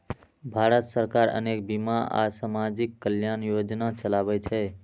भारत सरकार अनेक बीमा आ सामाजिक कल्याण योजना चलाबै छै